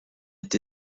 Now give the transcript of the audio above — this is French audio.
est